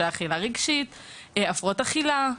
אכילה רגשית והפרעות אכילה.